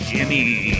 Jimmy